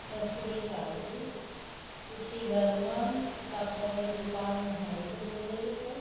ਸਤਿ ਸ਼੍ਰੀ ਅਕਾਲ ਜੀ ਤੁਸੀਂ ਵਰਮਾ ਕਿਤਾਬਾਂ ਵਾਲ਼ੀ ਦੁਕਾਨ ਮੋਹਾਲੀ ਤੋਂ ਬੋਲ਼ ਰਹੇ ਹੋ